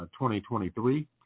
2023